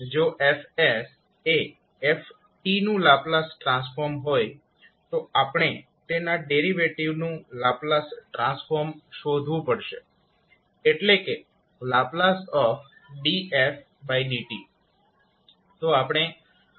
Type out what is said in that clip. જો 𝐹𝑠 એ 𝑓𝑡 નું લાપ્લાસ ટ્રાન્સફોર્મ હોય તો આપણે તેના ડેરિવેટીવ નું લાપ્લાસ ટ્રાન્સફોર્મ શોધવું પડશે એટલે કેℒ dfdt